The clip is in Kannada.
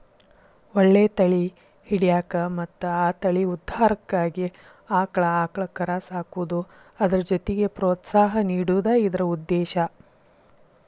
ಒಳ್ಳೆ ತಳಿ ಹಿಡ್ಯಾಕ ಮತ್ತ ಆ ತಳಿ ಉದ್ಧಾರಕ್ಕಾಗಿ ಆಕ್ಳಾ ಆಕಳ ಕರಾ ಸಾಕುದು ಅದ್ರ ಜೊತಿಗೆ ಪ್ರೋತ್ಸಾಹ ನೇಡುದ ಇದ್ರ ಉದ್ದೇಶಾ